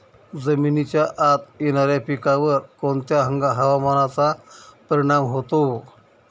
जमिनीच्या आत येणाऱ्या पिकांवर कोणत्या हवामानाचा परिणाम होतो?